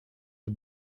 the